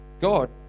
God